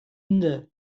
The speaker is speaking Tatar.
инде